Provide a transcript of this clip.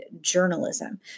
journalism